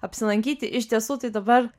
apsilankyti iš tiesų tai dabar